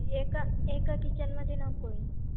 एका एका किचनमध्ये नको आहे